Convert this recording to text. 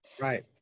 right